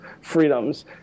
freedoms